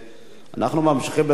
אנחנו ממשיכים בסדר-היום.